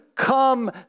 come